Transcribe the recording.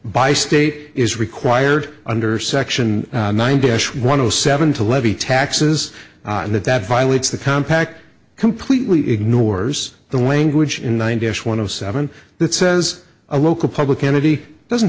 by state is required under section nine dash one zero seven to levy taxes and that that violates the compact completely ignores the language in ninety s one of seven that says a local public entity doesn't